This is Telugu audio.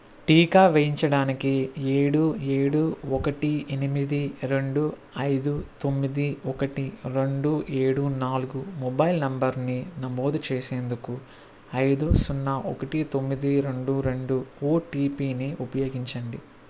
టీకా వేయించడానికి ఏడు ఏడు ఒకటి ఎనిమిది రెండు ఐదు తొమ్మిది ఒకటి రెండు ఏడు నాలుగు మొబైల్ నంబరు ని నమోదు చేసేందుకు ఐదు సున్నా ఒకటి తొమ్మిది రెండు రెండు ఓటీపీని ఉపయోగించండి